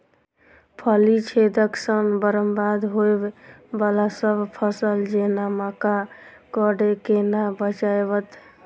फली छेदक सँ बरबाद होबय वलासभ फसल जेना मक्का कऽ केना बचयब?